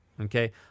Okay